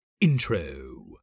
Intro